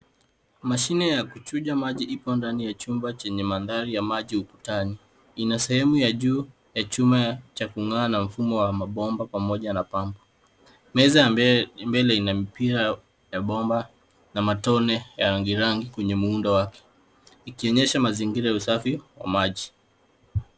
Mashine ya kuchuja maji ipo ndani ya chumba chenye mandhari ya maji ukutani. Ina sehemu ya juu ya chuma cha kung'aa na mfumo wa mabomba pamoja na pambu. Meza ya mbele ina mipira ya bomba na matone ya rangi rangi kwenye muundo wake. Ikionyesha mazingira ya usafi wa maji.